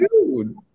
dude